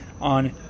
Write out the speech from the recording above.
on